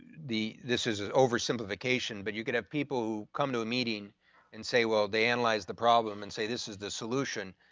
this is over simplification but you could have people who come to a meeting and say, well they analyze the problem and say this is the solution,